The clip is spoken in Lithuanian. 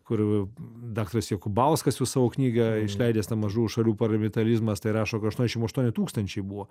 kur daktaras jokubauskas jūs savo knygą išleidęs na mažų šalių paravitalizmas tai rašo jog aštuoniasdešimt aštuoni tūkstančiai buvo